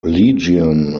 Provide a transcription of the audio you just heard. legion